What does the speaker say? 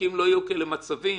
כי אם לא יהיו כאלה מצבים,